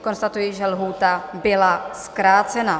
Konstatuji, že lhůta byla zkrácena.